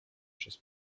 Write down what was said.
przez